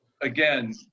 again